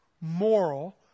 moral